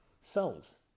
cells